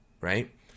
right